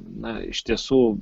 na iš tiesų